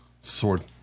Sword